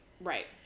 right